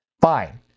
Fine